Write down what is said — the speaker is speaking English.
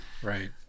Right